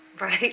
Right